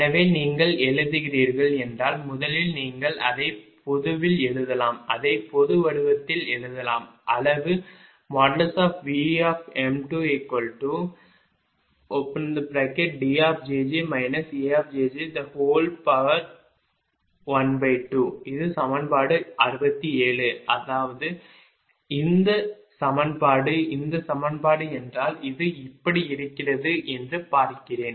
எனவே நீங்கள் எழுதுகிறீர்கள் என்றால் முதலில் நீங்கள் அதை பொதுவில் எழுதலாம் அதை பொது வடிவத்தில் எழுதலாம் அளவு Vm2Djj Ajj12 இது சமன்பாடு 67 அதாவது இந்த சமன்பாடு இந்த சமன்பாடு என்றால் இது எப்படி இருக்கிறது என்று பார்க்கிறேன்